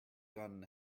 gun